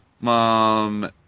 mom